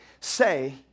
say